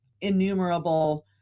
innumerable